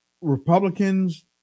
Republicans